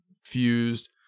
fused